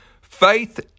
Faith